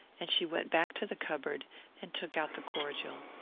and she went back to the cupboard and took out the cordial.